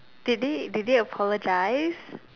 did they did they apologize